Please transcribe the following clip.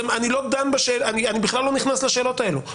אני בכלל לא נכנס לשאלות האלה.